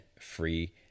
free